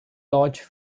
large